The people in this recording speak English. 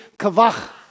Kavach